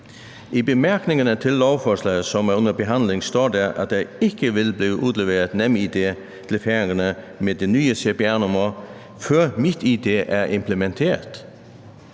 I bemærkningerne til lovforslaget, som er under behandling, står der, at der ikke vil blive udleveret NemID til færingerne med det nye cpr-nummer, før MitID er implementeret.